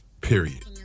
Period